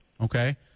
okay